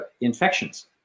infections